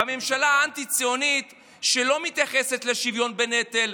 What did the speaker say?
בממשלה אנטי-ציונית שלא מתייחסת לשוויון בנטל,